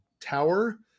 tower